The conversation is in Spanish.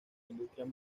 industrias